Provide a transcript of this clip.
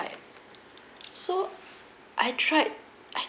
side so I tried I